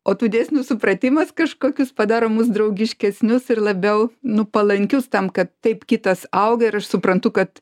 o tų dėsnių supratimas kažkokius padaro mus draugiškesnius ir labiau nu palankius tam kad taip kitas auga ir aš suprantu kad